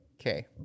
Okay